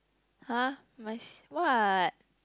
!huh! my is what